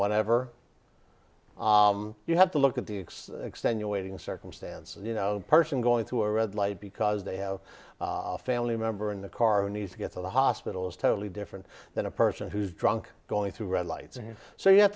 whatever you have to look at the x extenuating circumstances you know the person going through a red light because they have a family member in the car or need to get to the hospital is totally different than a person who's drunk going through red lights and so you have